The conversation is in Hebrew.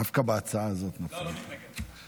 דווקא בהצעה הזאת, אני לא מתנגד.